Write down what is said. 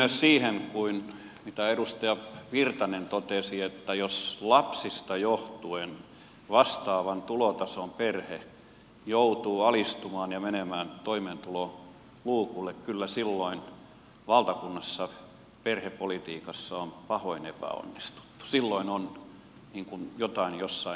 yhdyn myös siihen mitä edustaja virtanen totesi että jos lapsista johtuen vastaavan tulotason perhe joutuu alistumaan ja menemään toimeentuloluukulle kyllä silloin valtakunnassa on perhepolitiikassa pahoin epäonnistuttu silloin on jotain jossain vialla